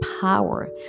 power